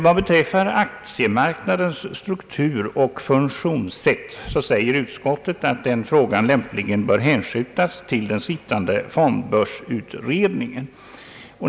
Vad beträffar aktiemarknadens struktur och funktionssätt säger utskottet att den frågan lämpligen bör hänskjutas till den sittande fondbörsutredningen.